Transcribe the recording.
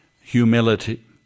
Humility